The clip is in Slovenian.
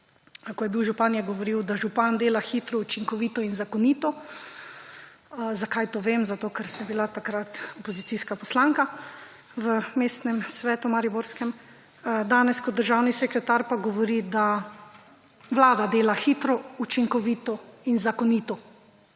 Ko je bil župan, je govoril, da župan dela hitro, učinkovito in zakonito. Zakaj to vem? Zato, ker sem bila takrat opozicijska poslanka v mariborskem mestnem svetu. Danes kot državni sekretar pa govori, da vlada dela hitro, učinkovito in zakonito.